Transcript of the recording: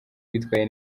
witwaye